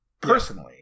personally